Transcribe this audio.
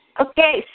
Okay